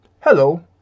Hello